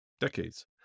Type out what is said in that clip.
decades